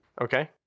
okay